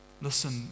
Listen